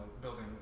building